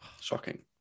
Shocking